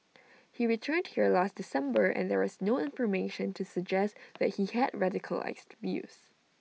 he returned here last December and there was no information to suggest that he had radicalised views